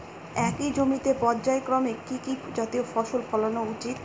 একই জমিতে পর্যায়ক্রমে কি কি জাতীয় ফসল ফলানো উচিৎ?